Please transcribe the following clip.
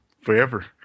forever